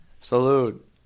Salute